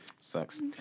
sucks